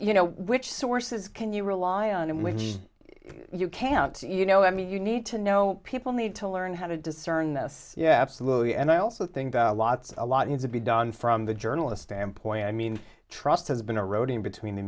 you know which sources can you rely on and which you can't you know i mean you need to know people need to learn how to discern this yeah absolutely and i also think a lot a lot needs to be done from the journalist standpoint i mean trust has been a row reading between the